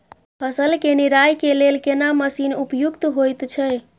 फसल के निराई के लेल केना मसीन उपयुक्त होयत छै?